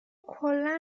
کلا